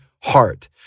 heart